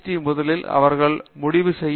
D முதலில் அவர்கள் முடிவு செய்ய வேண்டும்